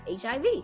HIV